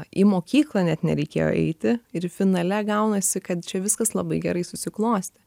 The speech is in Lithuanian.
į mokyklą net nereikėjo eiti ir finale gaunasi kad čia viskas labai gerai susiklostė